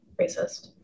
racist